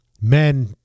men